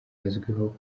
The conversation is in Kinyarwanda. azwiho